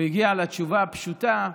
הוא הגיע לתשובה הפשוטה,